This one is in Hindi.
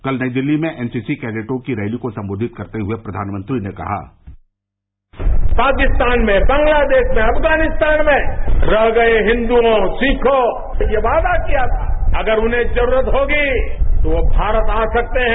कल नई दिल्ली में एन सी सी कैडेटों की रैली को संबोधित करते हुए प्रधानमंत्री ने कहा पाकिस्तान में बांग्लादेश में अफगानिस्तान में रह रहे हिन्दुओं सिखों से ये बादा किया था कि अगर उन्हें जरूरत होगी तो वो भारत आ सकते हैं